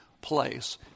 place